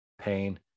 pain